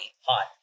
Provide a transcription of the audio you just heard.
Hot